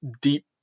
deep